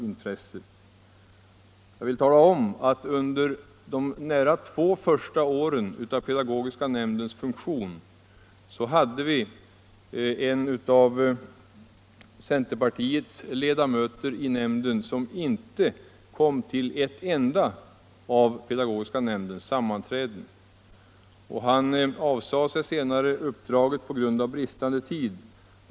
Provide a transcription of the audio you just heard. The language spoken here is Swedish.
Under nästan två hela år i början av nämndens arbete kom en centerpartiledamot i nämnden inte till ett enda av dess sammanträden. Han avsade sig så småningom uppdraget på grund av bristande tid.